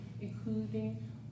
including